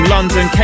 London